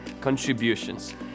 contributions